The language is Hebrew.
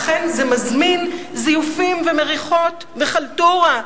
אכן זה מזמין זיופים ומריחות וחלטורה,